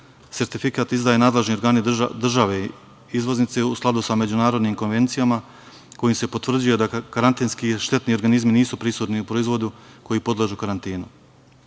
Sertifikat izdaju nadležni organi države izvoznice u skladu sa međunarodnim konvencijama kojim se potvrđuje da karantinski štetni organizmi nisu prisutni u proizvodu koji podležu karantinu. Bićemo